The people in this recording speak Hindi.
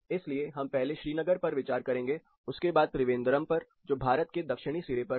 इसलिए हम पहले श्रीनगर पर विचार करेंगे उसके बाद त्रिवेंद्रम पर जो भारत के दक्षिणी सिरे पर है